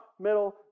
middle